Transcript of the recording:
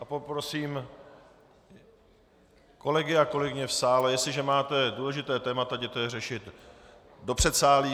Poprosím kolegy a kolegyně v sále, jestliže máte důležitá témata, jděte je řešit do předsálí!